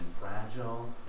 fragile